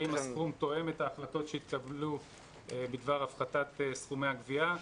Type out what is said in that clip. האם הסכום תואם את ההחלטות שהתקבלו בדבר הפחתת סכומי הגביה?